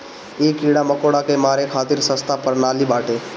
इ कीड़ा मकोड़ा के मारे खातिर सस्ता प्रणाली बाटे